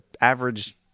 average